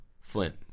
Flint